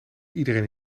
iedereen